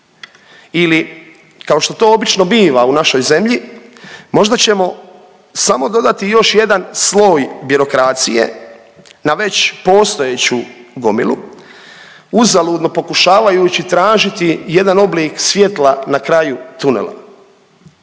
ili kao što to obično biva u našoj zemlji možda ćemo samo dodati još jedan sloj birokracije na već postojeću gomilu uzaludno pokušavajući tražiti jedan oblik svjetla na kraju tunela.